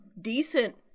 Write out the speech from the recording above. decent